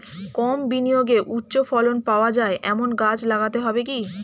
কম বিনিয়োগে উচ্চ ফলন পাওয়া যায় এমন গাছ লাগাতে হবে কি?